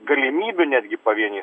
galimybių netgi pavienių